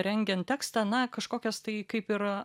rengiant tekstą na kažkokias tai kaip ir